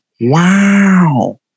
wow